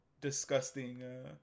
disgusting